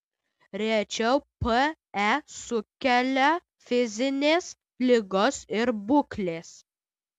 rečiau pe sukelia fizinės ligos ir būklės